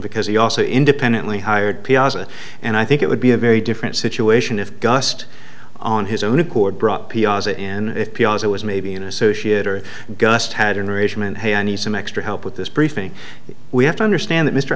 because he also independently hired piazza and i think it would be a very different situation if gust on his own accord brought piazza and if it was maybe an associate or gust had an arrangement hey i need some extra help with this briefing we have to understand that mr